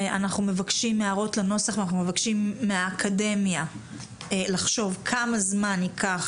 אנחנו מבקשים הערות לנוסח ואנחנו מבקשים מהאקדמיה לחשוב כמה זמן ייקח